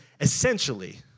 essentially